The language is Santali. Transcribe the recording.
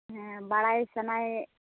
ᱦᱮᱸ ᱵᱟᱲᱟᱭ ᱥᱟᱱᱟᱭᱮᱫ